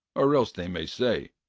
or else they may say,